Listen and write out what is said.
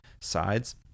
sides